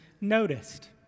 noticed